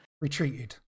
retreated